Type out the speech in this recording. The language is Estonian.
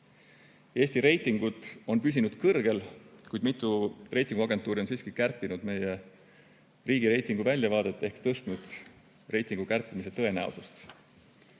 Eesti reitingud on püsinud kõrgel, kuid mitu reitinguagentuuri on siiski kärpinud meie riigireitingu väljavaadet ehk tõstnud reitingu kärpimise tõenäosust.